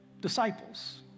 disciples